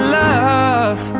love